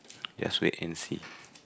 just wait and see